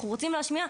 אנחנו רוצים להשמיע,